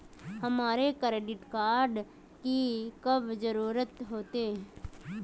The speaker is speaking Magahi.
हमरा क्रेडिट कार्ड की कब जरूरत होते?